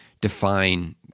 define